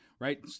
right